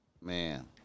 man